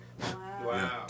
Wow